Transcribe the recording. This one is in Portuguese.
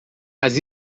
mas